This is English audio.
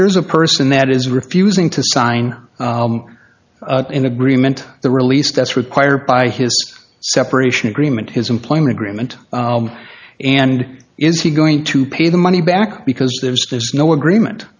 here's a person that is refusing to sign an agreement the release that's required by his separation agreement his employment agreement and is he going to pay the money back because there's no agreement